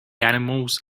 animals